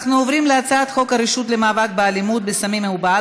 אני קובעת כי הצעת חוק הסדרת הלוואות חוץ-בנקאיות (תיקון מס' 5),